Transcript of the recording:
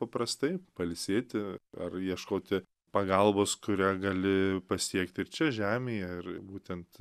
paprastai pailsėti ar ieškoti pagalbos kurią gali pasiekt ir čia žemėje ir būtent